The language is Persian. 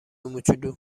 موچولو